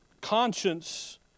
conscience